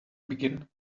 begin